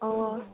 ꯑꯣ